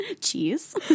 cheese